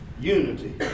Unity